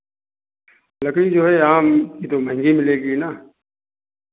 लकड़ी जो है आम की तो महंगी मिलेगी ना